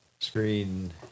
Screen